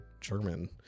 German